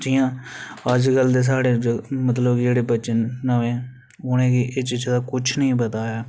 ते अज्जकल दे जि'यां बच्चे न साढ़े उ'नेंगी एह् चीज़ा दा कुछ निं पता ऐ